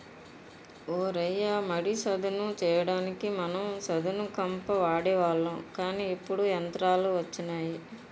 ఓ రయ్య మడి సదును చెయ్యడానికి మనం సదును కంప వాడేవాళ్ళం కానీ ఇప్పుడు యంత్రాలు వచ్చినాయి